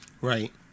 Right